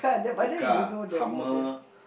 the car hummer